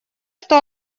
что